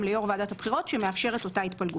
ליו"ר ועדת הבחירות שמאפשר את אותה התפלגות.